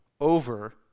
over